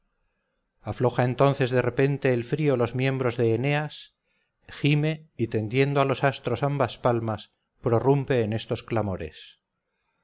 afloja entonces de repente el frío los miembros de eneas gime y tendiendo a los astros ambas palmas prorrumpe en estos clamores